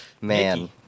man